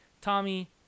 tommy